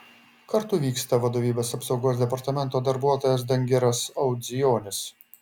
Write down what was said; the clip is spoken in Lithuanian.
kartu vyksta vadovybės apsaugos departamento darbuotojas dangiras audzijonis